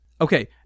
Okay